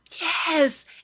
yes